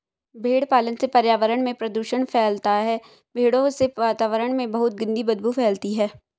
भेड़ पालन से पर्यावरण में प्रदूषण फैलता है भेड़ों से वातावरण में बहुत गंदी बदबू फैलती है